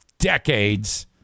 decades